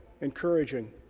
encouraging